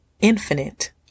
Infinite